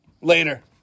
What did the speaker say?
Later